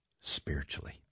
spiritually